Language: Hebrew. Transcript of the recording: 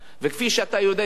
וכפי שאתה יודע,